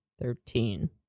Thirteen